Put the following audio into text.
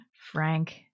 Frank